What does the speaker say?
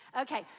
Okay